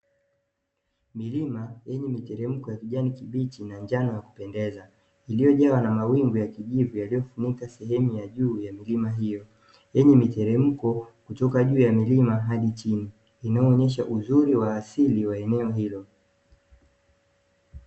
Milima yenye miteremko ya kijani kibichi na njano ya kupendeza, iliyojawa na mawingu ya kijivu yaliyofunika sehemu ya juu ya milima hiyo, yenye miteremko kutoka juu ya milima hadi chini, inayonyesha uzuri wa asili wa eneo hilo.